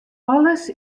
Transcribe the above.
alles